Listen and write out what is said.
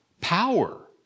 power